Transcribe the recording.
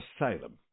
asylum